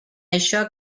això